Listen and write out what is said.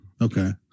okay